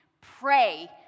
Pray